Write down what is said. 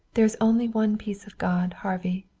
there is only one peace of god, harvey,